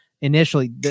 initially